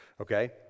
Okay